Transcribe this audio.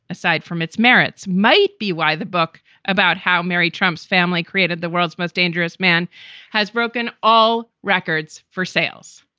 aside from its merits, might be why the book about how mary trump's family created the world's most dangerous man has broken all records for sales.